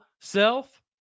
Self